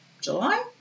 July